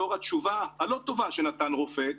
לאור התשובה הלא טובה שנתן רופא,